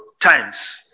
times